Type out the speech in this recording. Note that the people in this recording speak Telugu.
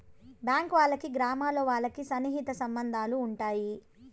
బ్యాంక్ వాళ్ళకి గ్రామాల్లో వాళ్ళకి సన్నిహిత సంబంధాలు ఉంటాయి